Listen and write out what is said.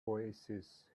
oasis